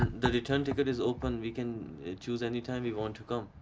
the return ticket is open, we can choose any time we want to come.